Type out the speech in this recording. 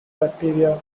bacteria